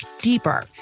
deeper